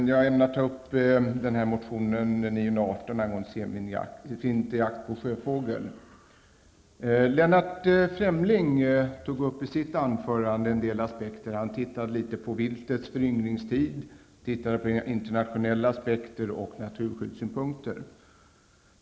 Herr talman! Jag ämnar diskutera motionen Jo918 Lennart Fremling diskuterade i sitt anförande några aspekter på frågan. Han tittade litet på föryngringstid, internationella aspekter och naturskyddssynpunkter.